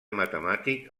matemàtic